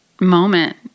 moment